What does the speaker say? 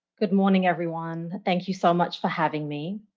good morning, everyone. thank you so much for having me.